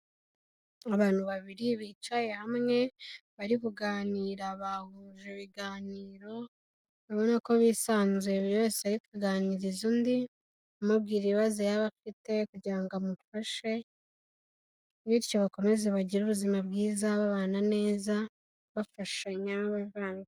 Abantu babiri bicaye hamwe, bari kuganira, bahuje ibiganiro, ubabona ko bisanzuye buri wese ariko kuganiriza undi, umubwira ibibazo yaba afite kugira ngo amufashe, bityo bakomeze bagire ubuzima bwiza babana neza, bafashanya...